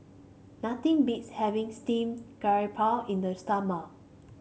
nothing beats having Steamed Garoupa in the summer